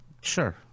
Sure